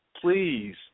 please